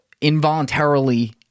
involuntarily –